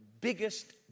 biggest